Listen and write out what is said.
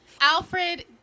Alfred